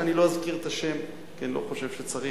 ולא אזכיר את השם כי אני לא חושב שצריך,